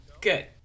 Good